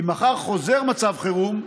אם מחר חוזר מצב חירום,